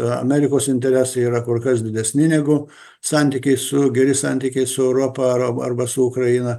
amerikos interesai yra kur kas didesni negu santykiai su geri santykiai su europa arba arba su ukraina